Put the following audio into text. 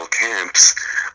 camps